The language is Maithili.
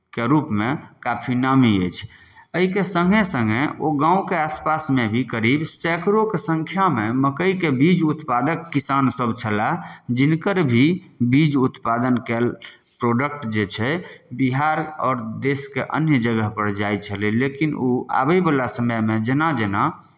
के रूपमे काफी नामी अछि एहिके सङ्गे सङ्गे ओ गाँवके आस पासमे भी करीब सैकड़ोंके सङ्ख्यामे मक्कइके बीज उत्पादक किसानसभ छलाह जिनकर भी बीज उत्पादन कयल प्रोडक्ट जे छै बिहार आओर देशके अन्य जगहपर जाइ छलै लेकिन ओ आबयवला समयमे जेना जेना